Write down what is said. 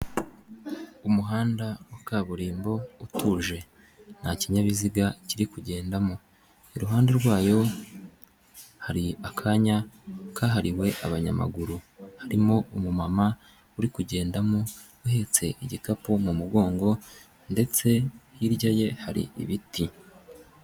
Umuhanda wa kaburimbo utuje, nta kinyabiziga kiri kugendamo. Iruhande rwayo hari akanya kahariwe abanyamaguru. Harimo umumama uri kugendamo uhetse igikapu mu mugongo ndetse hirya ye hari ibiti.